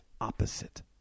opposite